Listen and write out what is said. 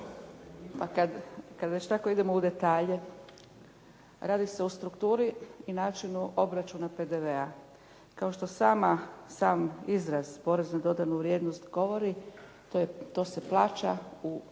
Kad već tako idemo u detalje, radi se o strukturi i načinu obračuna PDV-a. Kao što sam izraz porez na dodanu vrijednost govori to se plaća u